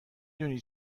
دونی